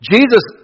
Jesus